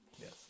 Yes